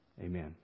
Amen